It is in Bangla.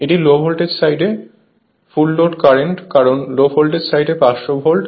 এটি লো ভোল্টেজ সাইডে ফুল লোড কারেন্ট কারণ লো ভোল্টেজ সাইডে 500 ভোল্ট